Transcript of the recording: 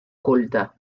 culta